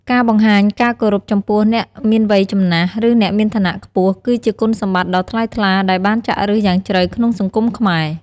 ការបង្ហាញការគោរពចំពោះអ្នកមានវ័យចំណាស់ ឬអ្នកមានឋានៈខ្ពស់ គឺជាគុណសម្បត្តិដ៏ថ្លៃថ្លាដែលបានចាក់ឫសយ៉ាងជ្រៅក្នុងសង្គមខ្មែរ។